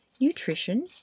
nutrition